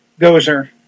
Gozer